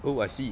oh I see